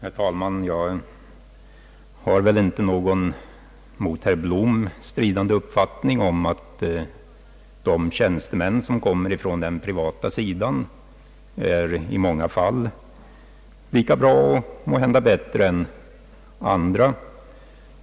Herr talman! Jag har inte någon annan uppfattning än herr Blom då han talar om att tjänstemännen från den privata sidan i många fall är lika bra som andra eller måhända ännu bättre.